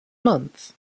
month